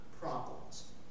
problems